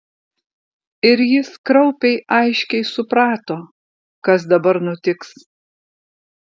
ir jis kraupiai aiškiai suprato kas dabar nutiks